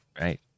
right